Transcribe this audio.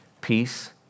peace